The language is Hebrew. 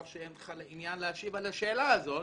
שאין לך עניין להשיב על השאלה הזאת